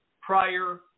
prior